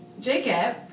Jacob